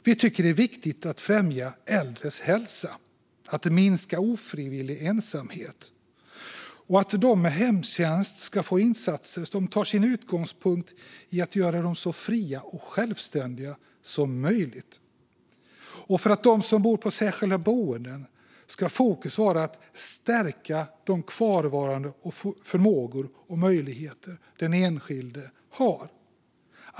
Vi tycker att det är viktigt att främja äldres hälsa och att minska ofrivillig ensamhet. De med hemtjänst ska få insatser som tar sin utgångspunkt i att göra dem så fria och självständiga som möjligt. För dem som bor på särskilda boenden ska fokus vara att stärka de kvarvarande förmågor och möjligheter den enskilde har.